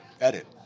edit